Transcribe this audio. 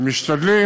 ואנחנו משתדלים,